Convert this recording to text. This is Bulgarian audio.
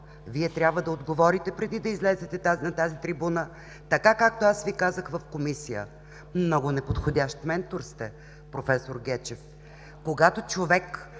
Вие трябва да отговорите преди да излезете на тази трибуна, както аз Ви казах в Комисията: много неподходящ ментор сте, проф. Гечев. Когато човек